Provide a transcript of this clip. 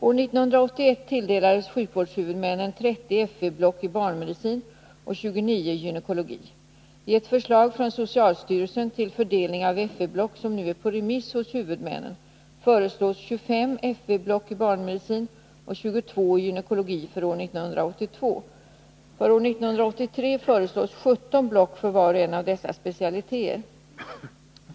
År 1981 tilldelades sjukvårdshuvudmännen 30 FV-block i barnmedicin och 29 i gynekologi. I ett förslag från socialstyrelsen till fördelning av FV-block, som nu är på remiss hos huvudmännen, föreslås 25 FV-block i barnmedicin och 22 i gynekologi för år 1982. För år 1983 föreslås 17 block för var och en av dessa specialiteter.